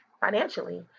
financially